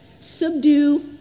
subdue